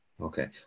Okay